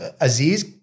Aziz